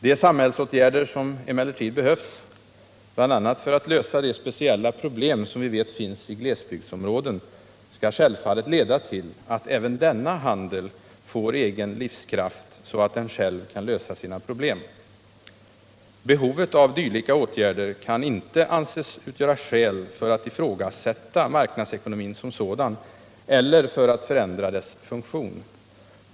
De samhällsåtgärder som emellertid behövs, bl.a. för att lösa de speciella problem som vi vet finns i glesbygdsområden, skall självfallet leda till att även denna handel får egen livskraft, så att den själv kan lösa sina problem. Behovet av dylika åtgärder kan inte anses utgöra skäl för att ifrågasätta marknadsekonomin som sådan, eller för att förändra dess funktion.